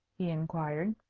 he inquired.